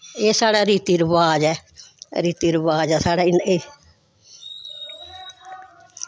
एह् साढ़ा रीति रवाज ऐ रीति रवाज ऐ साढ़े एह्